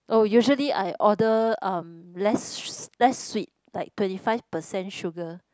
oh usually I order uh less less sweet like twenty five percent sugar